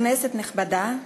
כנסת נכבדה,